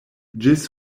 ĝis